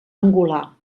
angular